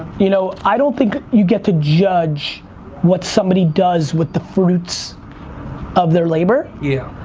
you know i don't think you get to judge what somebody does with the fruits of their labor. yeah